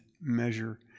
measure